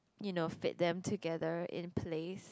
you know fit them together in place